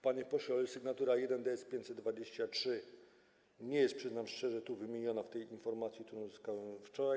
Panie pośle, sygnatura 1 Ds. 523 nie jest, przyznam szczerze, wymieniona w tej informacji, którą uzyskałem wczoraj.